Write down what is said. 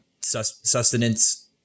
sustenance